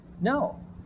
No